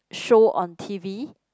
show on t_v